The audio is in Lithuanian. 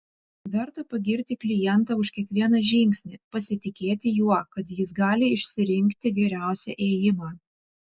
verta pagirti klientą už kiekvieną žingsnį pasitikėti juo kad jis gali išsirinkti geriausią ėjimą